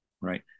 right